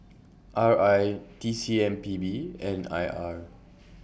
R I T C M P B and I R